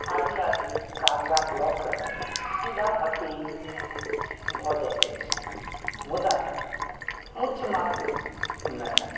आदि आदि कागजात लऽ कऽ सीधा भर्ती भए जाइत अछि मुदा उच्च माध्यमिकमे